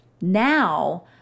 Now